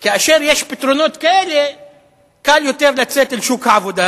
כאשר יש פתרונות כאלה קל יותר לצאת אל שוק העבודה